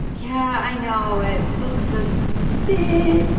yeah. i know it looks a bit.